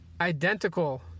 identical